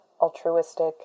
altruistic